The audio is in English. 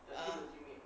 err